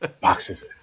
boxes